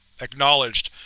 acknowledged,